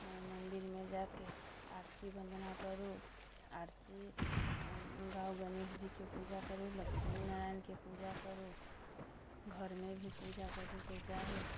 अऽ मन्दिरमे जाके आरती वन्दना करू आरती गाउ गणेश जीके पूजा करू लक्ष्मी नारायणके पूजा करू घरमे भी पूजा करैके चाही